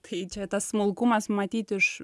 tai čia tas smulkumas matyt iš